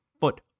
foot